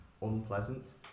unpleasant